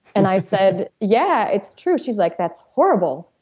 and i said, yeah, it's true. she's like, that's horrible.